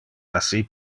assi